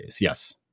yes